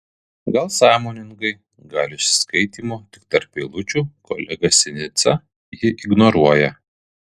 gal sąmoningai gal iš skaitymo tik tarp eilučių kolega sinica jį ignoruoja